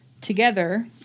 together